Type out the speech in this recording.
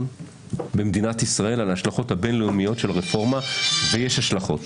במדינת ישראל על ההשלכות הבין-לאומיות של הרפורמה ויש השלכות.